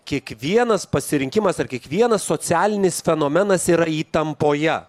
kiekvienas pasirinkimas ar kiekvienas socialinis fenomenas yra įtampoje